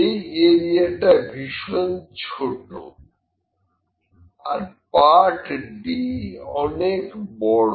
এই এরিয়াটা ভীষণ ছোট আর পার্ট d অনেক বড়